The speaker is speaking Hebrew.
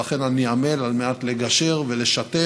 ולכן אני עמל על מנת לגשר ולשתף